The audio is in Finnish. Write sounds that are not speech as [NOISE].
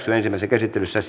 käsittelyssä [UNINTELLIGIBLE]